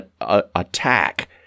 attack